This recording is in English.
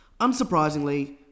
Unsurprisingly